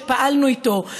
שפעלנו איתו,